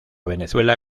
venezuela